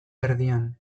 erdian